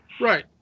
Right